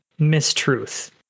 mistruth